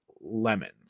Lemons